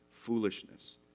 foolishness